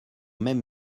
même